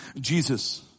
Jesus